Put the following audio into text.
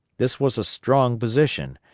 this was a strong position,